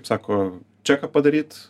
kaip sako čia ką padaryt